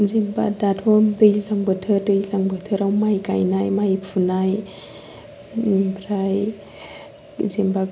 जेन'बा दाथ' दैलां बोथोर दैज्लां बोथोराव माइ गायनाय माइ फुनाय ओमफ्राय जेन'बा